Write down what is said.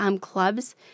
clubs